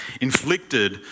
inflicted